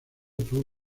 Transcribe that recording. tuvo